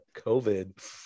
COVID